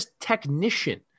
technician